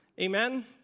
Amen